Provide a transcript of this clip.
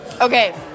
Okay